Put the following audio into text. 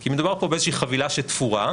כי מדובר פה באיזושהי חבילה שתפורה,